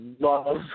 love